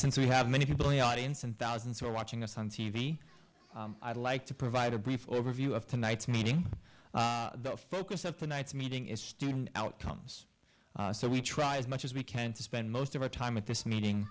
since we have many people in the audience and thousands who are watching us on t v i'd like to provide a brief overview of tonight's meeting the focus of tonight's meeting is student outcomes so we try as much as we can to spend most of our time at this meeting